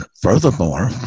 furthermore